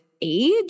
Age